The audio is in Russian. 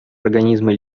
организмы